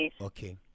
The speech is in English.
Okay